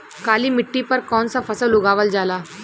काली मिट्टी पर कौन सा फ़सल उगावल जाला?